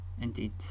indeed